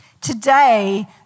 Today